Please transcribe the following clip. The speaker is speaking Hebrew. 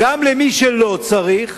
גם למי שלא צריך,